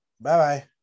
Bye-bye